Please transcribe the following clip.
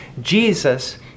Jesus